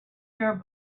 your